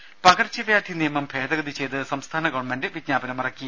രുമ പകർച്ചവ്യാധി നിയമം ഭേദഗതി ചെയ്ത് സംസ്ഥാന ഗവൺമെന്റ് വിജ്ഞാപനമിറക്കി